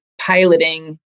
piloting